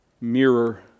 mirror